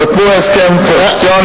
חתמו הסכם קואליציוני,